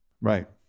Right